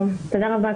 תודה רבה.